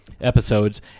episodes